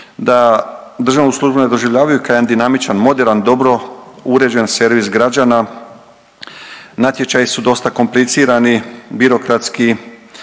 da državnu službu ne doživljavaju kao jedan dinamičan, moderan, dobro uređen servis građana, natječaji su dosta komplicirani, birokratski,